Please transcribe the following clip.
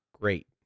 great